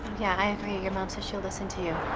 yeah. i agree. your mom says she'll listen to you.